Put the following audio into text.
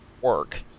work